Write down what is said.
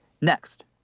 Next